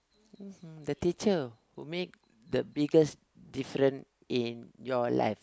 the teacher who make the biggest difference in your life